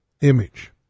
image